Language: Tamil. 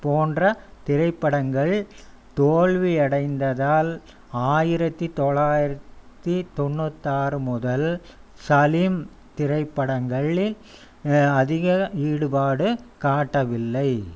போன்ற திரைப்படங்கள் தோல்வி அடைந்ததால் ஆயிரத்தி தொள்ளாயிரத்தி தொண்ணூத்தாறு முதல் சலிம் திரைப்படங்களில் அதிக ஈடுபாடு காட்டவில்லை